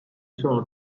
sono